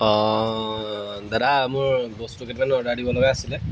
অঁ দাদা মোৰ বস্তু কেইটামান অৰ্ডাৰ দিব লগা আছিলে